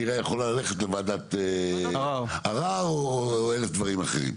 עירייה יכולה ללכת לוועדת ערער או אלף דברים אחרים.